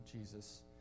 Jesus